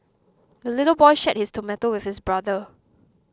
the little boy shared his tomato with his brother